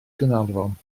gaernarfon